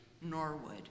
Norwood